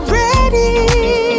ready